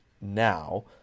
now